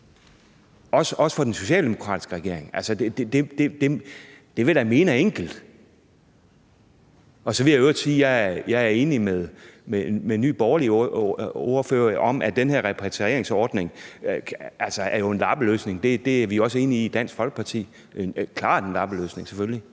også for den socialdemokratiske regering. Det vil jeg da mene er enkelt. Så vil jeg i øvrigt sige, at jeg er enig med Nye Borgerliges ordfører i, at den her repatrieringsordning er en lappeløsning. Det er vi også enige i i Dansk Folkeparti. Det er selvfølgelig